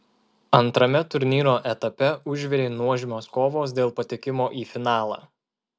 antrame turnyro etape užvirė nuožmios kovos dėl patekimo į finalą